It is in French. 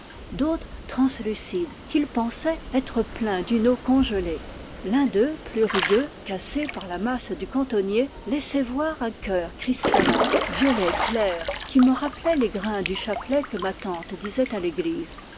d'autres translucides qu'il pensait être pleins d'une eau congelée l'un d'eux plus rugueux cassé par la masse du cantonnier laissait voir un cœur cristallin violet clair qui me rappelait les grains du chapelet que ma tante disait à l'église